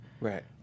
right